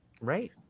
right